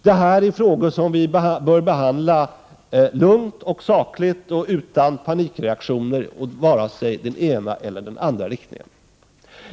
Detta är frågor som vi bör behandla lugnt och sakligt och utan panikreaktioner i vare sig den ena eller andra riktningen.